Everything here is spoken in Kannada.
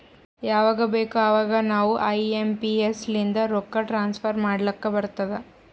ಯವಾಗ್ ಬೇಕ್ ಅವಾಗ ನಾವ್ ಐ ಎಂ ಪಿ ಎಸ್ ಲಿಂದ ರೊಕ್ಕಾ ಟ್ರಾನ್ಸಫರ್ ಮಾಡ್ಲಾಕ್ ಬರ್ತುದ್